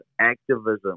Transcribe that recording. activism